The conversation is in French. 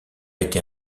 été